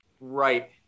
right